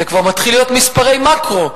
זה כבר מתחיל להיות מספרי מקרו.